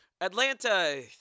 Atlanta